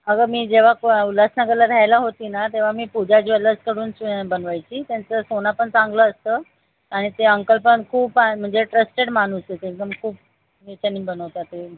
अगं मी जेव्हा को उल्हासनगरला राहायला होती ना तेव्हा मी पूजा ज्वेलर्सकडून चे बनवायची त्यांचं सोनं पण चांगलं असतं आणि ते अंकल पण खूप आहे म्हणजे ट्रस्टेड माणूस आहेत एकदम खूप ह्याच्याने बनवतात ते